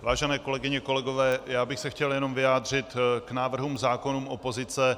Vážené kolegyně, kolegové, já bych se chtěl jenom vyjádřit k návrhům zákonů opozice.